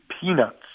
peanuts